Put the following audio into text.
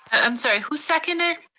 i'm sorry, who seconded?